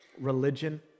religion